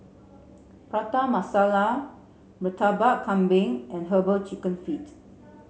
Prata Masala Murtabak Kambing and Herbal Chicken Feet